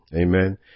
Amen